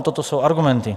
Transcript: Toto jsou argumenty.